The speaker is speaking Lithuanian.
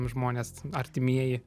žmonės artimieji